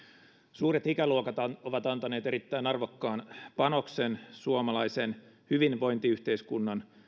suuret ikäluokat ovat antaneet erittäin arvokkaan panoksen suomalaisen hyvinvointiyhteiskunnan